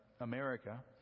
America